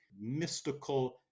mystical